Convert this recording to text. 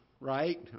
right